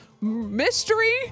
Mystery